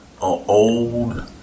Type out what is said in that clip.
old